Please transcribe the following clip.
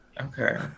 Okay